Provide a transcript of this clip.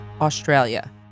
australia